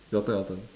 your turn your turn